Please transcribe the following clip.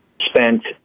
spent